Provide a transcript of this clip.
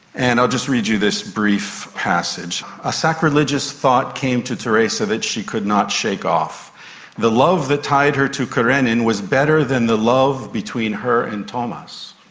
and i'll just read you this brief passage a sacrilegious thought came to tereza that she could not shake off the love that tied her to karenin was better than the love between her and tomas.